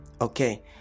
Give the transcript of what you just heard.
Okay